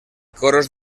coros